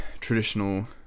traditional